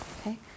Okay